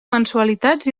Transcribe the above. mensualitats